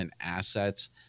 assets